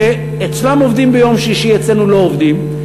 כשאצלם עובדים ביום שישי, אצלנו לא עובדים.